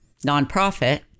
nonprofit